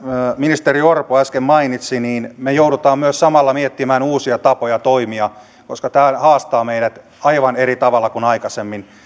ministeri orpo äsken mainitsi me joudumme myös samalla miettimään uusia tapoja toimia koska tämä haastaa meidät aivan eri tavalla kuin aikaisemmin